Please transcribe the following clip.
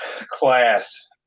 class